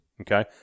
Okay